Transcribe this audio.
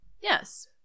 yes